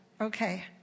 Okay